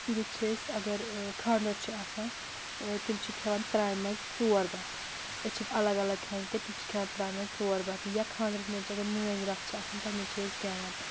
ییٚتہِ چھِ أسۍ اگر خانٛدَر چھِ آسان تِم چھِ کھٮ۪وان ترٛامہِ منٛز ژور بَتہٕ أسۍ چھِنہٕ الگ الگ کھٮ۪وان کینٛہہ تِم چھِ کھٮ۪وان ترٛامہِ منٛز ژور بَتہٕ یا خاندرَس منٛز چھِ اگر مٲنٛزِ راتھ چھِ آسان تَتھ منٛز چھِ أسۍ گٮ۪وان